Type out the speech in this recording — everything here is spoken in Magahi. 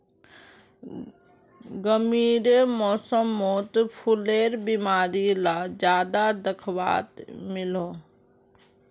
गर्मीर मौसमोत फुलेर बीमारी ला ज्यादा दखवात मिलोह